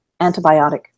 antibiotic